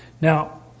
Now